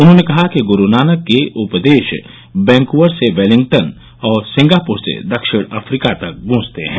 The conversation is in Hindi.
उन्होंने कहा कि गुरु नानक के उपदेश वैंकूवर से वेलिंगटन और सिंगापुर से दक्षिण अफ्रीका तक गुंजते हैं